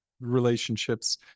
relationships